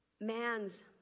man's